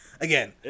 Again